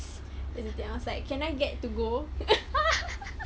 that's the thing I was like can I get to go